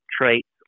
traits